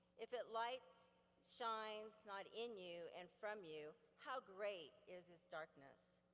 if it lights shines not in you and from you, how great is its darkness.